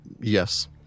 Yes